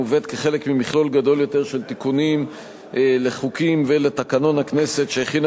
המובאת כחלק ממכלול גדול יותר של תיקונים לחוקים ולתקנון הכנסת שהכינה